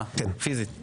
פיזית?